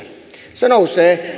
se nousee